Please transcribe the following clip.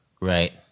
Right